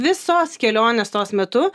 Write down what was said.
visos kelionės tos metu